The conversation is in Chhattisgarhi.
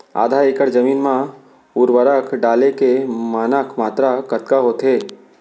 आधा एकड़ जमीन मा उर्वरक डाले के मानक मात्रा कतका होथे?